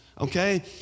Okay